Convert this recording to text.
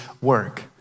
work